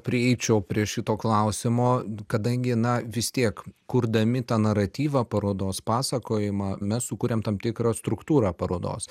prieičiau prie šito klausimo kadangi na vis tiek kurdami tą naratyvą parodos pasakojimą mes sukuriam tam tikrą struktūrą parodos